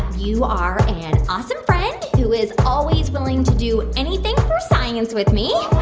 you are an awesome friend who is always willing to do anything for science with me.